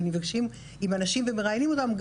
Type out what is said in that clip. נפגשים עם אנשים ומראיינים אותם,